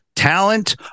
talent